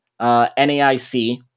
Naic